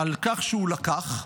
שהוא לקח,